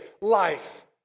life